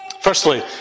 Firstly